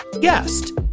guest